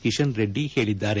ಕಿಶನ್ ರೆಡ್ಡಿ ಹೇಳಿದ್ದಾರೆ